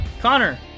Connor